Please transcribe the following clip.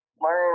learn